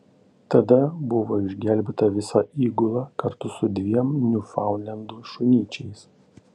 tada buvo išgelbėta visa įgula kartu su dviem niufaundlendų šunyčiais